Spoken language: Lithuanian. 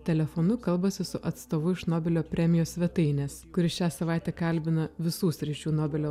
telefonu kalbasi su atstovu iš nobelio premijos svetainės kuri šią savaitę kalbina visų sričių nobelio